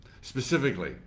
Specifically